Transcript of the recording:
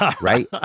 Right